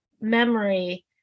memory